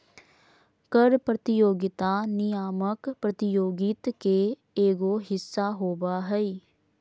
कर प्रतियोगिता नियामक प्रतियोगित के एगो हिस्सा होबा हइ